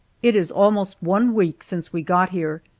it is almost one week since we got here,